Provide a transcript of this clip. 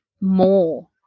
more